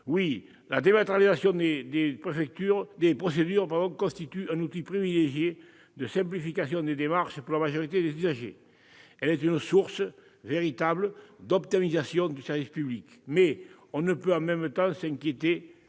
oui, la dématérialisation des procédures constitue un outil privilégié de simplification des démarches pour la majorité des usagers. Elle est une véritable source d'optimisation du service public. Mais on peut s'inquiéter